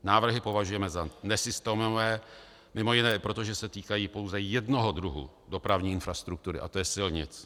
Návrhy považujeme za nesystémové, mimo jiné i proto, že se týkají pouze jednoho druhu dopravní infrastruktury, a to je silnic.